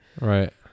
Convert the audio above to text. right